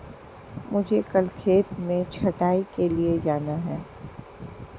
मुझे कल खेत में छटाई के लिए जाना है